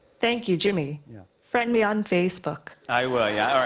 thank you, jimmy. yeah. friend me on facebook. i will. yeah. all right.